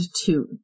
two